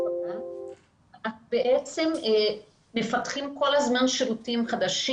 אנחנו מפתחים כל הזמן שירותים חדשים.